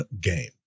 game